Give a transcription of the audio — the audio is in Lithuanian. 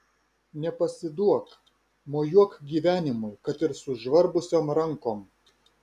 nepasiduok mojuok gyvenimui kad ir sužvarbusiom rankom